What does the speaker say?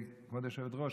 כבוד היושבת-ראש,